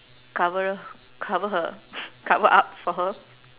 cover her cover her cover up for her